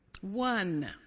One